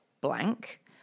blank